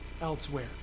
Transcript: elsewhere